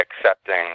accepting